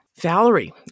Valerie